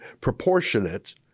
proportionate